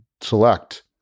select